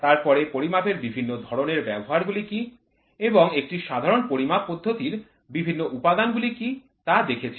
তারপরে পরিমাপের বিভিন্ন ধরণের ব্যবহারগুলি কী এবং একটি সাধারণ পরিমাপ পদ্ধতির বিভিন্ন উপাদানগুলি কী তা দেখেছি